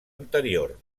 anterior